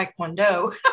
taekwondo